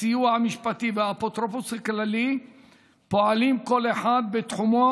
הסיוע המשפטי והאפוטרופוס הכללי פועלים כל אחד בתחומו